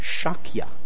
Shakya